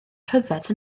rhyfedd